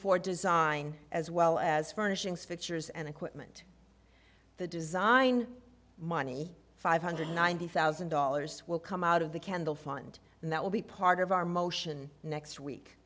for design as well as furnishings fixtures and equipment the design money five hundred ninety thousand dollars will come out of the candle fund and that will be part of our motion next week